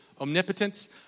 omnipotence